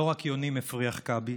לא רק יונים הפריח כאבי